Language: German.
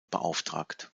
beauftragt